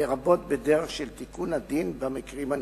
לרבות בדרך של תיקון הדין במקרים הנדרשים.